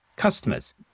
Customers